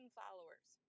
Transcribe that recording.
followers